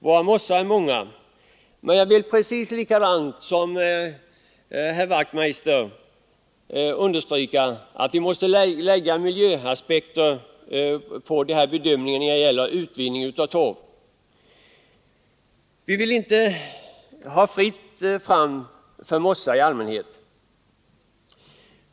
Våra mossar är många. Men jag vill precis som herr Wachtmeister i Johannishus understryka att vi måste anlägga miljöaspekter när det gäller utvinningen av torv. Vi vill inte ha fritt fram för mossar i allmänhet.